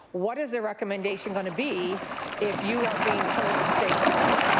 what is their recommendation going to be if you are being told to stay home.